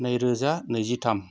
नैरोजा नैजिथाम